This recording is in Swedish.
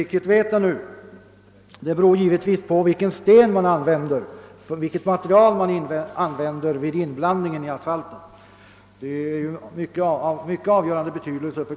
Av avgörande betydelse för kostnaden är vilket material man använder för inblandning i asfalten.